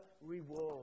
reward